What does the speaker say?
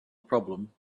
problem